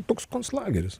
toks konclageris